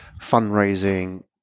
fundraising